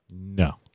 No